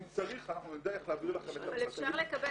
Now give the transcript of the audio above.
אם צריך אנחנו נדע איך להעביר לכם את ה --- תקבלו --- אפשר לקבל